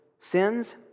sins